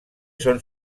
son